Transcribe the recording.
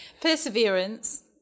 Perseverance